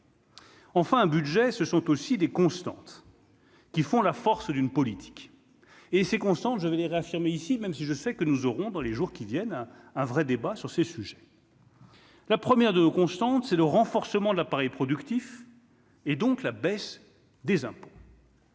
enfin un budget, ce sont aussi des constantes qui font la force d'une politique et c'est constant je voudrais réaffirmer ici, même si je sais que nous aurons dans les jours qui viennent, un vrai débat sur ces sujets. La première de constante, c'est le renforcement de l'appareil productif. Et donc la baisse des impôts.